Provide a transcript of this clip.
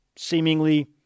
seemingly